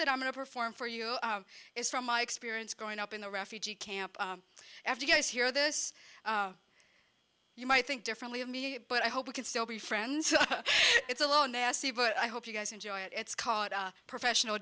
that i'm going to perform for you is from my experience growing up in the refugee camp after guys hear this you might think differently of me but i hope we can still be friends it's a low nasty but i hope you guys enjoy it it's called professional